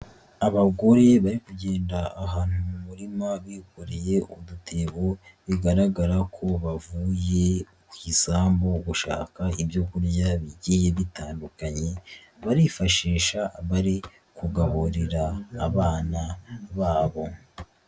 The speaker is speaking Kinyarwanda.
Abagore bari kugenda ahantu mu murima bikoreye udutebo, bigaragara ko bavuye ku isambu gushaka ibyo kurya bigiye bitandukanye, barifashisha bari kugaburira abana babo.